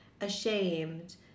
ashamed